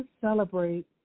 celebrate